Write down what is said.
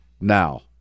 Now